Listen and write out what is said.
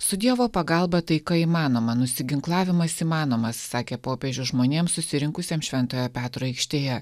su dievo pagalba taika įmanoma nusiginklavimas įmanomas sakė popiežius žmonėms susirinkusiems šventojo petro aikštėje